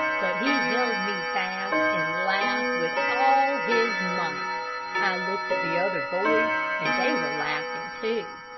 but he held me fast, and laughed with all his might, i looked at the other boys and they were laughing, too.